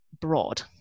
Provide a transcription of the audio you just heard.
broad